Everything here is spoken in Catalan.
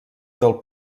del